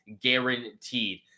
guaranteed